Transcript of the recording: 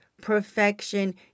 perfection